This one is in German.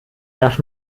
das